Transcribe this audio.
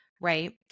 Right